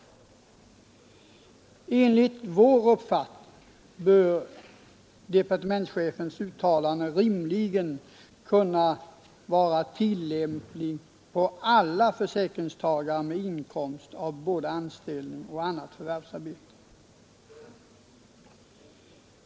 Enligt vår uppfattning bör departementschefens uttalande rimligen kunna vara tillämpligt på alla försäkringstagare med inkomst både av anställning och av annat förvärvsarbete.